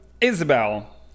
Isabel